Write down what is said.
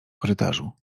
korytarzu